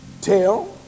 tell